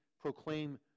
proclaim